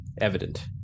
evident